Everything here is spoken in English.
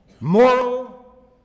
moral